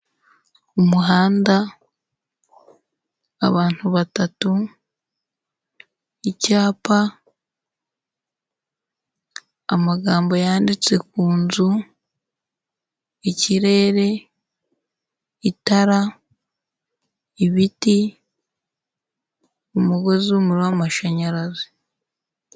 Umuhanda, abantu batatu, icyapa, amagambo yanditse ku nzu, ikirere, itara, ibiti, umugozi w'umuriro w'amashanyarazi.